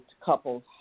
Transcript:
couples